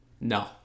No